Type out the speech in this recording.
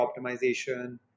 optimization